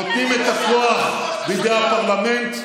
נותנים את הכוח בידי הפרלמנט,